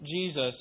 Jesus